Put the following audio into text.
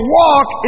walk